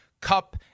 cup